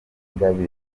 ingabire